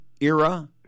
era